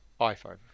iPhone